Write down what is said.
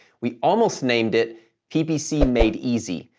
we almost named it ppc made easy,